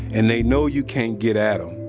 and they know you can't get at um